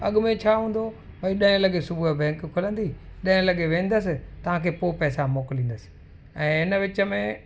अॻमें छा हूंदो उहो भई ॾहें लॻे सुबुह बैंक खुलंदी ॾहें लॻे वेंदुसि तव्हां खे पोइ पैसा मोकिलींदुसि ऐं हिन विच में